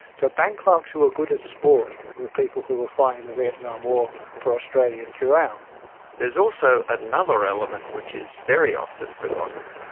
so bank clerks who were good at sport were people who were fighting the vietnam war for australia throughout. there is also another element which is very often forgotten.